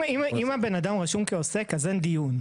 אם בן אדם רשום כעוסק, אז אין דיון.